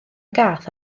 gath